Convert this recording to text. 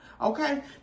okay